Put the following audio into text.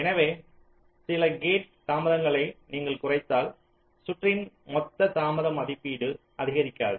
எனவே சில கேட் தாமதங்களை நீங்கள் குறைத்தால் சுற்றின் மொத்த தாமத மதிப்பீடு அதிகரிக்காது